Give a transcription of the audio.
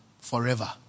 forever